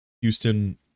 Houston